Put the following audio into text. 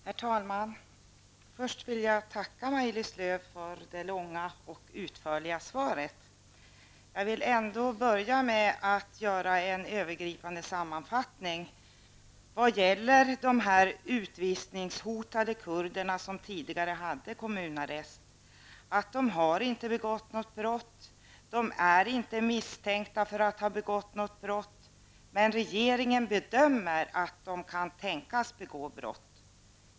Herr talman! Först vill jag tacka Maj-Lis Lööw för det långa och utförliga svaret. Jag vill ändå börja med att göra en övergripande sammanfattning i vad gäller de utvisningshotade kurderna, som tidigare hade kommunarrest. De har inte begått något brott, de är inte misstänka för att ha begått något brott, men regeringen bedömer att de kan tänkas begå brott.